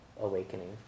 awakening